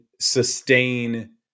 sustain